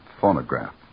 Phonograph